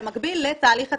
במקביל לתהליך התקינה.